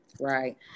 Right